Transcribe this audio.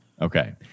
Okay